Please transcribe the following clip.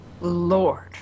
Lord